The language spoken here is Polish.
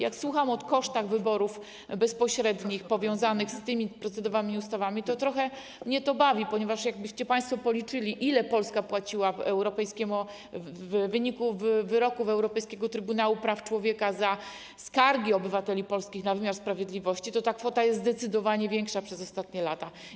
Jak słucham o kosztach wyborów bezpośrednich powiązanych z tymi procedowanymi ustawami, to trochę mnie to bawi, ponieważ jakbyście państwo policzyli, ile Polska płaciła w wyniku wyroków Europejskiego Trybunału Praw Człowieka za skargi obywateli polskich na wymiar sprawiedliwości, to okazałoby się, że ta kwota jest zdecydowanie większa w ostatnich latach.